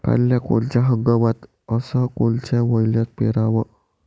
कांद्या कोनच्या हंगामात अस कोनच्या मईन्यात पेरावं?